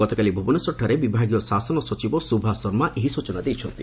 ଗତକାଲି ଭୁବନେଶ୍ୱରଠାରେ ବିଭାଗୀୟ ଶାସନ ସଚିବ ସୁଭା ଶର୍ମା ଏହି ସ୍ଚନା ଦେଇଛନ୍ତି